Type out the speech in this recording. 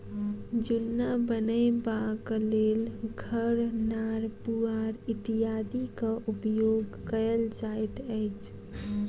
जुन्ना बनयबाक लेल खढ़, नार, पुआर इत्यादिक उपयोग कयल जाइत अछि